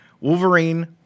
Wolverine